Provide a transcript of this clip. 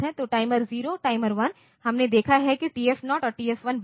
तो timer 0 timer 1 हमने देखा है कि TF0 और TF1 बिट